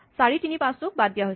৪ ৩ ৫ ক বাদ দিয়া হৈছে